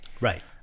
right